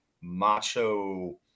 macho